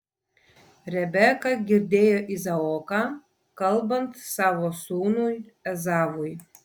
rebeka girdėjo izaoką kalbant savo sūnui ezavui